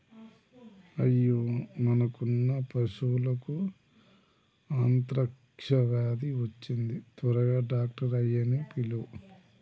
అయ్యో మనకున్న పశువులకు అంత్రాక్ష వ్యాధి వచ్చింది త్వరగా డాక్టర్ ఆయ్యన్నీ పిలువు